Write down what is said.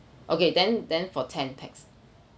okay then then for ten pax